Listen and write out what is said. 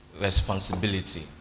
responsibility